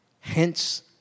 Hence